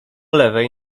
lewej